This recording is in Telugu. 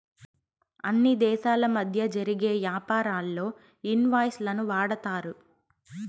అన్ని దేశాల మధ్య జరిగే యాపారాల్లో ఇన్ వాయిస్ లను వాడతారు